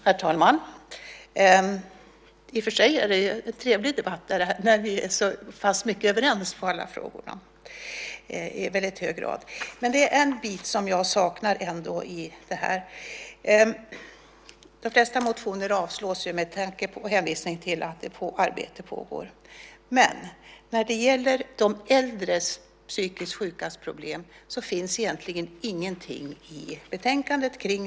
Herr talman! I och för sig är det en trevlig debatt eftersom vi i så hög grad är överens i alla frågorna. Men det är en bit som jag saknar. De flesta motioner avstyrks med hänvisning till att arbete pågår. Men när det gäller de äldre psykiskt sjukas problem finns egentligen ingenting i betänkandet.